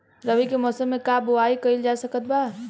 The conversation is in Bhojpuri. रवि के मौसम में का बोआई कईल जा सकत बा?